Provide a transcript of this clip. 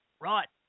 right